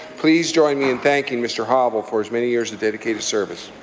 please join me in thanking mr. hobble for his many years of dedicated service.